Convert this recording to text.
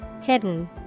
Hidden